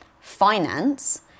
finance